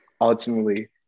Ultimately